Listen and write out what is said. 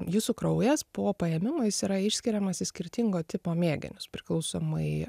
jūsų kraujas po paėmimo jis yra išskiriamas į skirtingo tipo mėginius priklausomai